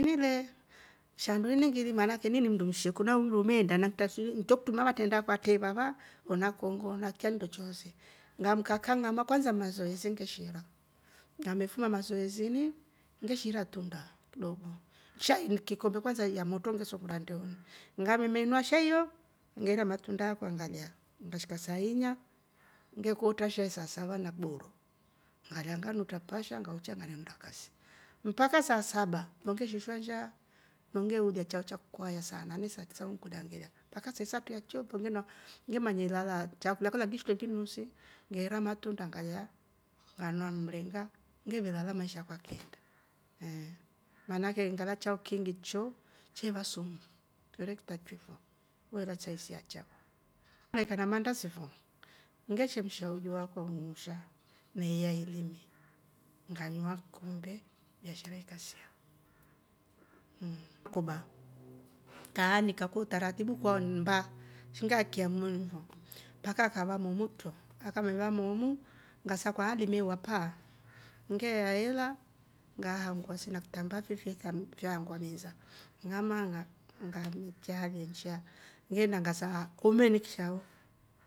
Ini le shandu ngili manake ni mndu msheku na umri umeenda, naktra su nktro matrende akwa atre vavaa ona kongo na kila nndo choose. Ngaamaka kang'ama kwansa mazoezi ngeshiinda ngamefuma masoesini ngeshiiira tunda kidogo shai ni kikombe kwansa yamotro ngesongora ndeuni, ngamemenywa shai yo ngeera matunda akwa ngalya ngashika saa inya ngekootra shai saa sava na kiboro ngala nganuutra pahs anganuutra nganeruunda kasi, mpaka saa saba nlo ngeshiishwa nshaa nlo ngeulya chao cha kwaya saa nane saa tisa we kolya ngeela, mpaka saa isatratu ya chiyo. nge amanya ilala chaokilya ngiishule nginuusi ngeera matunda ngalya nganywa mringa ngeve lala maisha yakwa yekeeenda mmm. Manake ngala chao kiingi chiyo cheeva sumu kwetre kitakiwe fo wera saisi ya chao ukaikya na mandasi fo ngeshemsha uji wakwa uusha, na iyai limu nganywaa kikombe biashara ikasia. kaanika kwa utaratibu kwa mmba shi ngaaikya muni fo mpaka akava moomu tro, akavevaa moomu ngasaakulya ali meewa pa ngeela ela ngahangua se na fitambaa fyo fye ka- fye hangua mesa ngamaa nga- nga vichya have nsha. ngeeda saa kumi niksha